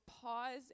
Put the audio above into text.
pause